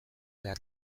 behar